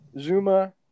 Zuma